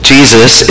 Jesus